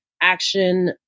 action